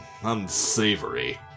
unsavory